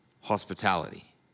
hospitality